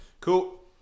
cool